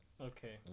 Okay